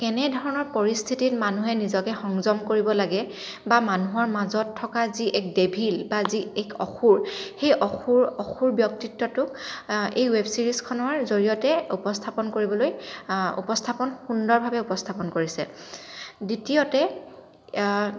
কেনে ধৰণৰ পৰিস্থিতিত মানুহে নিজকে সংযম কৰিব লাগে বা মানুহৰ মাজত থকা যি এক ডেভিল বা যি এক অসুৰ সেই অসুৰ অসুৰ ব্যক্তিত্বটোক এই ৱেব ছিৰিজখনৰ জৰিয়তে উপস্থাপন কৰিবলৈ উপস্থাপন সুন্দৰভাৱে উপস্থাপন কৰিছে দ্বিতীয়তে